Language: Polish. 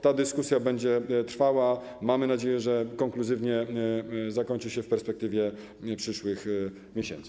Ta dyskusja będzie trwała, mamy nadzieję, że konkluzywnie zakończy się w perspektywie przyszłych miesięcy.